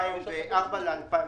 ל-2014.